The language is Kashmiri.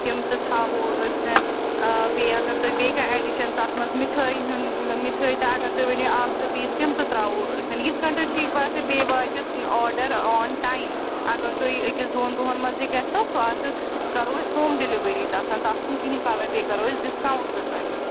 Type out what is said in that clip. تِم تہِ تھاوَو أسۍ بیٚیہِ اَگر تۄہہِ بیٚیہِ کانٛہہ اٮ۪ڈِشَن تَتھ منٛز مِٹھٲیۍ ۂنٛد مِٹھٲیۍ تہِ اَگر تُہۍ ؤنیُو اَکھ زٕ پیٖس تِم تہِ تراوَو أسۍ سَن یِتھ کَنہِ تۄہہِ ٹھیٖک باسہِ بیٚیہِ واتہِ آرڈَر آن ٹایِم اَگر تۄہہِ أکِس دۄن دۄہ ۂنۍ منٛز گژھیو سُہ آسہِ کَرَو أسۍ ہوم ڈیٚلوٕری تَتھَن تَتھ چھِنہٕ کِہیٖنۍ پرواے بیٚیہِ کَرَو أسۍ ڈِسکاوُنٹ تہِ تۄہہِ